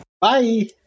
Bye